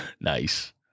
Nice